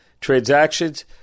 transactions